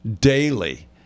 daily